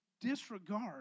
disregard